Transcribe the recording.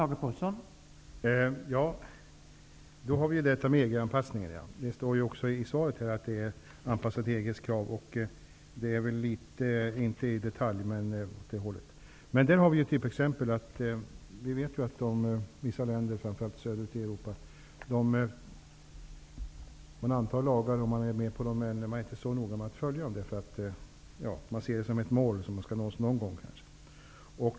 Herr talman! Vi har också detta med EG anpassningen. Det står i svaret att lagen är anpassad till EG:s krav. Där finns typexempel. Vi vet hur det är i vissa länder, framför allt söderut i Europa. Man antar lagar, men man är inte så noga med att följa dem. Man ser det som ett mål som skall nås någon gång.